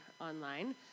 online